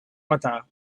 metà